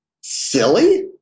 Silly